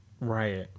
Right